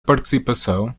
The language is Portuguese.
participação